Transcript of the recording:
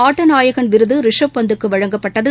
ஆட்டநாயகன் விருதரிஷப் பந்துக்குவழங்கப்பட்டது